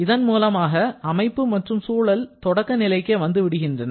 இதன் மூலமாக அமைப்பு மற்றும் சூழல் தொடக்க நிலைக்கே வந்து விடுகின்றன